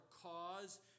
cause